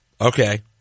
okay